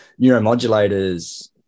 neuromodulators